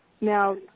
now